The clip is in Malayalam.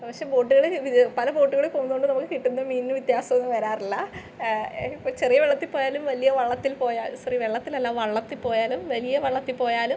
പക്ഷേ ബോട്ടുകള് ഇത് പല ബോട്ടുകളില് പോവുന്നതുകൊണ്ട് നമുക്ക് കിട്ടുന്ന മീനിന് വ്യത്യാസം ഒന്നും വരാറില്ല ഇപ്പോള് ചെറിയ വള്ളത്തിൽ പോയാലും വലിയ വെള്ളത്തിൽ പോയാലും സോറി വെള്ളത്തിലല്ല വള്ളത്തില് പോയാലും വലിയ വള്ളത്തില് പോയാലും